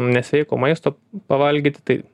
nesveiko maisto pavalgyti tai